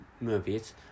movies